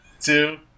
two